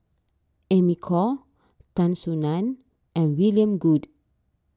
Amy Khor Tan Soo Nan and William Goode